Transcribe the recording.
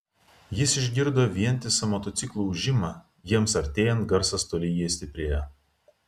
jis išgirdo vientisą motociklų ūžimą jiems artėjant garsas tolygiai stiprėjo